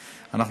נתקבלה.